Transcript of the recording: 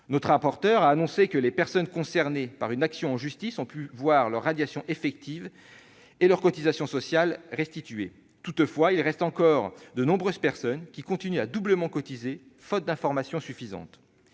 Notre rapporteur a annoncé que les personnes concernées par une action en justice ont pu voir leur radiation effective et leurs cotisations sociales restituées. Toutefois, de nombreuses personnes continuent de cotiser doublement, faute d'informations suffisantes.